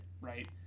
right